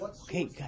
Okay